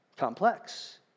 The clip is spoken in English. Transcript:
Complex